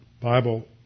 Bible